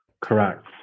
Correct